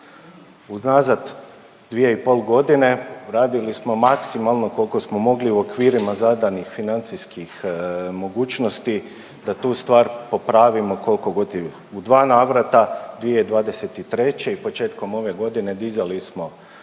Unazad 2,5 godine radili smo maksimalno koliko smo mogli u okvirima zadanih financijskih mogućnosti, da tu stvar popravimo koliko god .../Govornik se ne razumije./... u dva navrata 2023. i početkom ove godine dizali smo